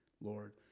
Lord